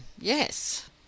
yes